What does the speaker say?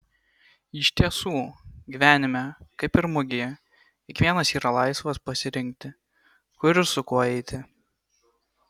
iš tiesų gyvenime kaip ir mugėje kiekvienas yra laisvas pasirinkti kur ir su kuo eiti